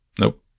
Nope